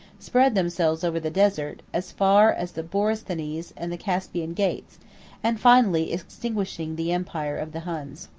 spread themselves over the desert, as far as the borysthenes and the caspian gates and finally extinguished the empire of the huns.